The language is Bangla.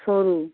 শরু